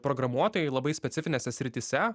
programuotojai labai specifinėse srityse